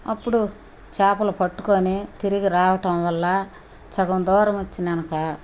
అప్పుడు చేపలు పట్టుకోని తిరిగి రావటం వల్ల సగం దూరం వచ్చినాక